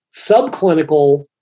subclinical